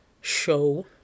show